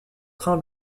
train